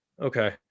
Okay